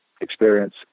experience